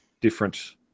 different